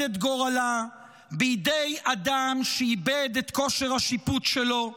את גורלה בידי אדם שאיבד את כושר השיפוט שלו,